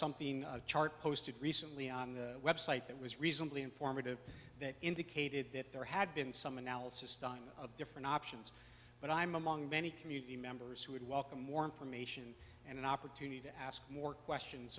something chart posted recently on the website that was reasonably informative that indicated that there had been some analysis time of different options but i'm among many community members who would welcome more information and an opportunity to ask more questions